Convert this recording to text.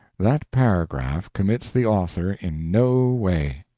that paragraph commits the author in no way.